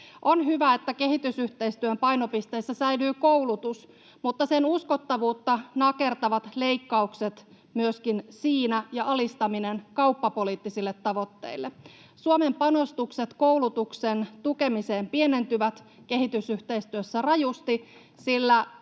On hyvä, että kehitysyhteistyön painopisteessä säilyy koulutus, mutta sen uskottavuutta nakertavat leikkaukset myöskin siinä ja alistaminen kauppapoliittisille tavoitteille. Suomen panostukset koulutuksen tukemiseen pienentyvät kehitysyhteistyössä rajusti,